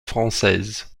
française